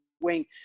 wing